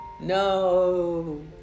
No